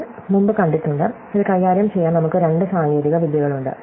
നമ്മൾ മുമ്പ് കണ്ടിട്ടുണ്ട് ഇത് കൈകാര്യം ചെയ്യാൻ നമുക്ക് രണ്ട് സാങ്കേതികവിദ്യകളുണ്ട്